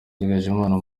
ndagijimana